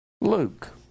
Luke